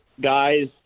guys